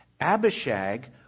Abishag